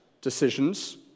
decisions